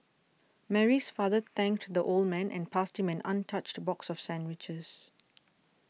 Mary's father thanked the old man and passed him an untouched box of sandwiches